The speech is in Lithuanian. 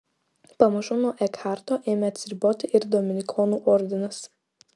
pamažu nuo ekharto ėmė atsiriboti ir dominikonų ordinas